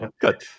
Good